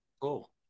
Cool